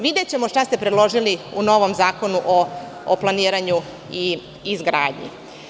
Videćemo šta ste predložili u novom zakonu o planiranju i izgradnji.